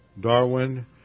Darwin